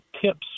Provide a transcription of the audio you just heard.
tips